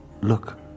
Look